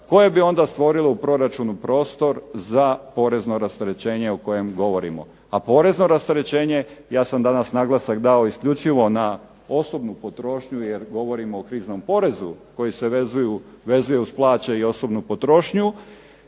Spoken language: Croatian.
koje bi onda stvorilo u proračunu prostor za porezno rasterećenje o kojem govorimo. A porezno rasterećenje, ja sam danas naglasak dao isključivo na osobnu potrošnju jer govorimo o kriznom porezu koji se vezuje uz plaće i osobnu potrošnju,